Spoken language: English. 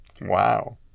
Wow